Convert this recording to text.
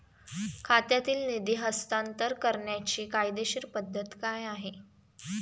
खात्यातील निधी हस्तांतर करण्याची कायदेशीर पद्धत काय आहे?